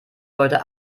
heute